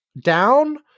down